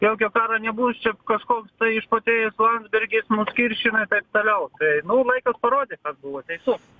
jokio karo nebus čia kažkoks tai išprotėjęs landsbergis mus kiršina taip toliau tai nu laikas parodys kas buvo teisus